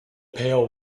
pail